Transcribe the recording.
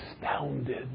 astounded